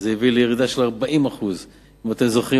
הביאה לירידה של 40%. אם אתם זוכרים,